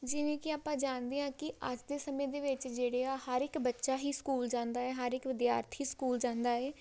ਜਿਵੇਂ ਕਿ ਆਪਾਂ ਜਾਣਦੇ ਹਾਂ ਕਿ ਅੱਜ ਦੇ ਸਮੇਂ ਦੇ ਵਿੱਚ ਜਿਹੜੇ ਆ ਹਰ ਇੱਕ ਬੱਚਾ ਹੀ ਸਕੂਲ ਜਾਂਦਾ ਹੈ ਹਰ ਇੱਕ ਵਿਦਿਆਰਥੀ ਸਕੂਲ ਜਾਂਦਾ ਹੈ